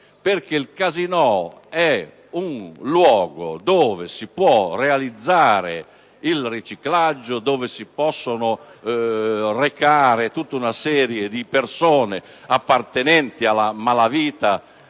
perché quello è un luogo dove si può realizzare il riciclaggio, dove si può recare tutta una serie di persone appartenenti alla malavita